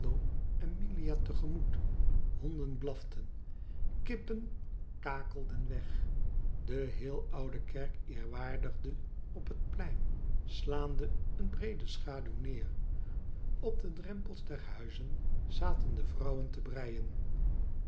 te gemoet honden blaften kippen kakelden weg de heel oude kerk eerwaardigde op het plein slaande een breede schaduw neer op de drempels der huizen zaten de vrouwen te breien